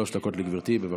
שלוש דקות לגברתי, בבקשה.